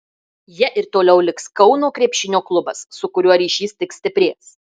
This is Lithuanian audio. ja ir toliau liks kauno krepšinio klubas su kuriuo ryšys tik stiprės